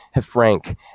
Frank